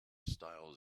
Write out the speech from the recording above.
styles